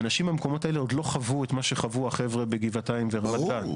האנשים במקומות האלה עוד לא חוו את מה שחוו החבר'ה בגבעתיים ורמת גן.